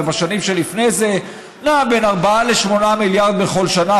ובשנים שלפני זה זה נע בין 4 ל-8 מיליארד בכל שנה,